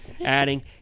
adding